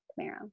Camaro